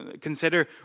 Consider